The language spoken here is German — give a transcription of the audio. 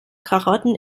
karotten